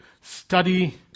study